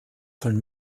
von